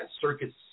Circuits